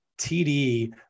TD